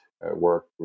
work